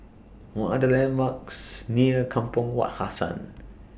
What Are The landmarks near Kampong Wak Hassan